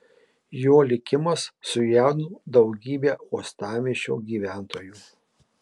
jo likimas sujaudino daugybę uostamiesčio gyventojų